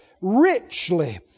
richly